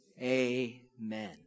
Amen